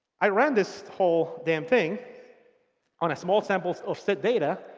i ran this whole damn thing on a small sample of set data.